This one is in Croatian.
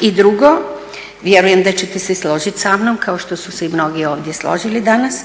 I drugo, vjerujem da ćete se složiti sa mnom kao što su se i mnogi ovdje složili danas,